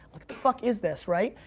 the fuck is this, right?